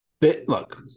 Look